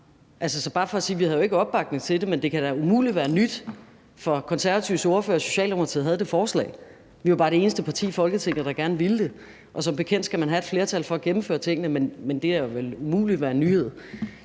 havde opbakning til det. Men det kan da umuligt være nyt for Konservatives ordfører, at Socialdemokratiet havde det forslag. Vi var det eneste parti i Folketinget, der gerne ville det, og som bekendt skal man have et flertal for at gennemføre tingene. Men det kan vel umuligt være en nyhed.